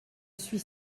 suis